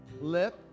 lip